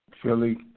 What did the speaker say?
Philly